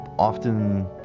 Often